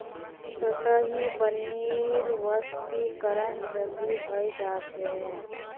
सतही पानीर वाष्पीकरण जल्दी हय जा छे